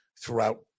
throughout